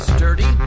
Sturdy